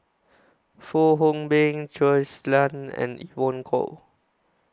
Fong Hoe Beng Shui Lan and Evon Kow